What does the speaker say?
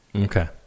Okay